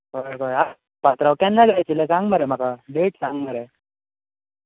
कळें कळें केन्ना जाय आशिल्लो पात्रांव सांग मरे म्हाका डेट सांग मरे